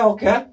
Okay